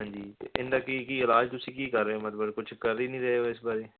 ਹਾਂਜੀ ਅਤੇ ਇਹਦਾ ਕੀ ਕੀ ਇਲਾਜ ਤੁਸੀਂ ਕੀ ਕਰ ਰਹੇ ਹੋ ਮਤਲਬ ਕੁਝ ਕਰ ਹੀ ਨਹੀਂ ਰਹੇ ਹੋ ਇਸ ਬਾਰੇ